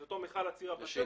את אותו מכל אצירה בשטח.